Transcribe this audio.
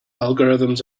algorithms